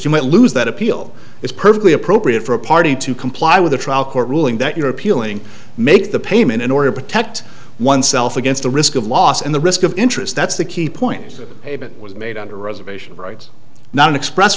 you might lose that appeal it's perfectly appropriate for a party to comply with a trial court ruling that you're appealing make the payment in order to protect oneself against the risk of loss and the risk of interest that's the key point it was made under reservation rights not express